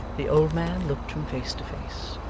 the old man looked from face to face,